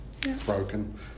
broken